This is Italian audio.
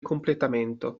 completamento